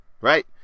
right